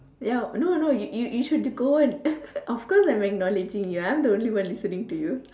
ya no no you you you should go when of course I'm acknowledging ya I'm the only one listening to you